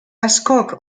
askok